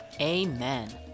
Amen